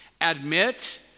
Admit